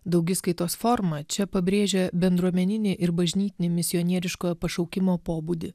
daugiskaitos formą čia pabrėžia bendruomeninį ir bažnytinį misionieriškojo pašaukimo pobūdį